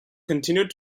continued